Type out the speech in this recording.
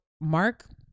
Mark